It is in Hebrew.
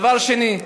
דבר שני,